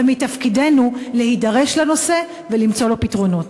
ומתפקידנו להידרש לנושא ולמצוא לו פתרונות.